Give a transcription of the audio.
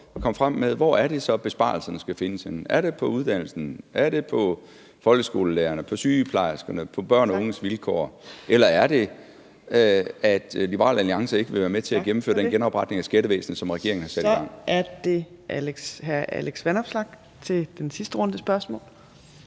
at komme frem med: Hvor er det så besparelsen skal findes? Er det på uddannelserne? Er det hos folkeskolelærerne, hos sygeplejerskerne, på børns og unges vilkår? Eller er det sådan, at Liberal Alliance ikke vil være med til at gennemføre den genopretning af skattevæsenet, som regeringen har sat i gang? Kl. 15:48 Fjerde næstformand (Trine Torp):